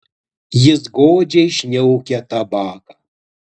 jis godžiai šniaukia tabaką